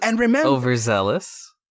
overzealous